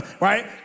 right